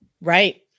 Right